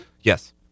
Yes